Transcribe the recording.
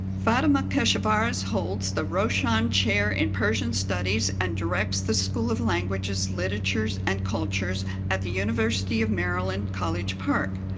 fatemeh keshavarz holds the roshan chair in persian studies and directs the school of languages, literatures and cultures at the university of maryland college park.